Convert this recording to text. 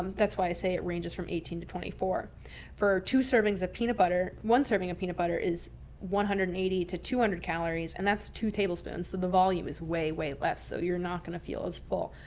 that's why i say it ranges from eighteen to twenty four for two servings of peanut butter. one serving of peanut butter is one hundred and eighty to two hundred calories, and that's two tablespoons. so the volume is way, way less. so you're not going to feel as full.